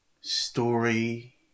story